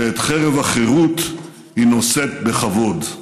ואת חרב החירות היא נושאת בכבוד.